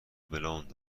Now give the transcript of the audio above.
بلوند